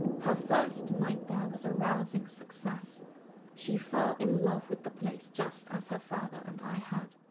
her first night there was a rousing success she fell in love with the place just as her father and i had.